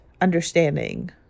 understanding